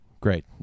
great